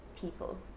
people